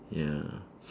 ya